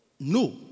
No